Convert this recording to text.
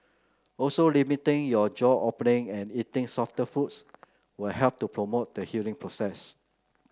also limiting your jaw opening and eating softer foods will help to promote the healing process